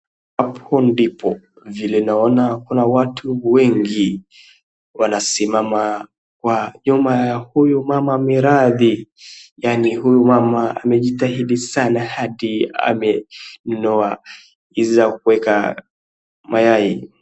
Hapo ndipo, vile naona kuna watu wengi wanasimama nyuma ya huyu mama miradi. Yani huyu mama amejitahidi sana hadi amenunua hizi za kuweka mayai.